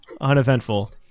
Uneventful